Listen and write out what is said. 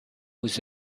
was